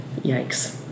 Yikes